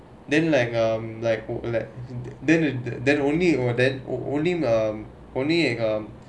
then like um like oh let that that only orh then only um only um